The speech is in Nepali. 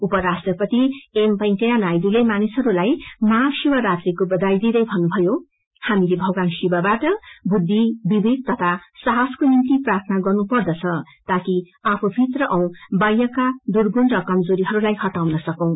उपरराष्ट्रपति एम वेकैया नायडूले मानिसहरूलाई महाशिवरात्रिको बधाई दिँदै भन्नुभयो हामीले भगवान शिवबाट बुद्धिविवेक तथा साहसको निम्ति प्रार्थना गर्नुपर्दछ ताकि आफू भित्र वाहयका दुर्गुण र कमजोरीहरूलाई हटाउन सकौं